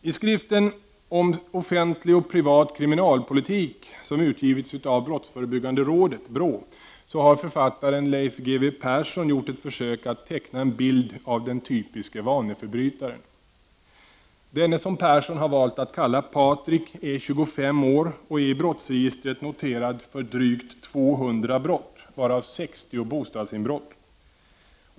I skriften Om offentlig och privat kriminalpolitik, som utgivits av Brottsförebyggande rådet, BRÅ, har författaren, Leif G W Persson, gjort ett försök att teckna en bild av den typiske vaneförbrytaren. Denne, som Persson valt att kalla Patrik, är 25 år och är i polisregistret noterad för drygt 200 brott, varav 60 bostadsinbrott.